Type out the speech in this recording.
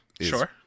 Sure